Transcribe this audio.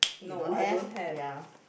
no I don't have